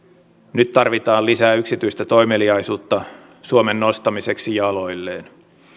nyt tarvitaan lisää yksityistä toimeliaisuutta suomen nostamiseksi jaloilleen